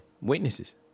Witnesses